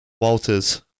Walters